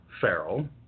Farrell